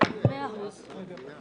הישיבה